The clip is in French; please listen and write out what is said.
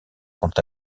quant